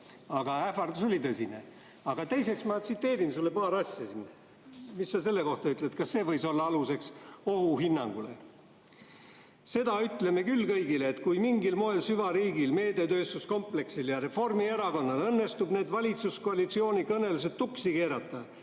Aga ähvardus oli tõsine. Teiseks ma tsiteerin sulle paari asja. Mis sa selle kohta ütled, kas see võis olla aluseks ohuhinnangule? "Aga seda me ütleme küll kõigile, et kui mingil moel süvariigil, meediatööstuskompleksil, Reformierakonnal õnnestub need valitsuskoalitsiooni läbirääkimised tuksi keerata,